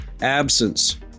absence